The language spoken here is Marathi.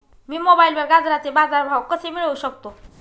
मी मोबाईलवर गाजराचे बाजार भाव कसे मिळवू शकतो?